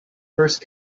first